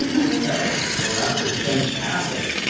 okay, well that is fantastic.